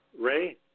Ray